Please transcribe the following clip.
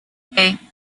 hey